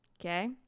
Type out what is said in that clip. okay